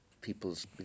people's